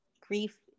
grief